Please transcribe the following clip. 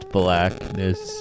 blackness